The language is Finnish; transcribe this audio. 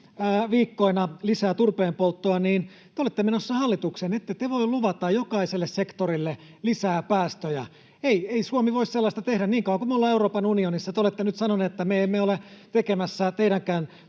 viikkoinakin, lisää turpeenpolttoa. Te olette menossa hallitukseen, ette te voi luvata jokaiselle sektorille lisää päästöjä. Ei Suomi voi sellaista tehdä niin kauan kuin me ollaan Euroopan unionissa. Te olette nyt sanoneet, että me emme ole tekemässä teidänkään